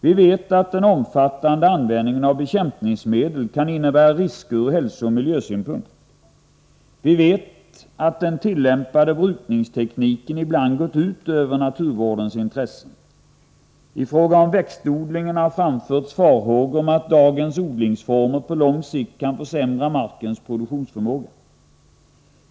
Vi vet att den omfattande användningen av bekämpningsmedel kan innebära risker ur hälsooch miljösynpunkt. Vi vet att den tillämpade brukningstekniken ibland gått ut över naturvårdens intressen. I fråga om växtodlingen har framförts farhågor om att dagens odlingsformer på lång sikt kan försämra markens produktionsförmåga.